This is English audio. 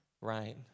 right